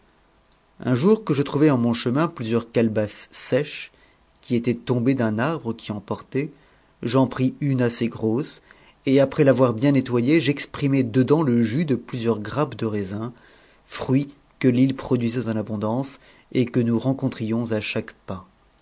un jour que je trouvai en chemin plusieurs calebasses sèches qui étaient tombées d'un arbre qui en portait j'en pris une assez grosse et après l'avoir bien nettoyée j'exprimai dedans le jus de plusieurs grappes te raisin fruit que l'me produisait en abondance et que nous rencontrions chaque pas